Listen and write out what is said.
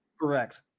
Correct